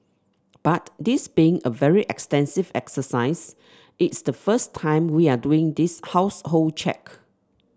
but this being a very extensive exercise it's the first time we are doing this household check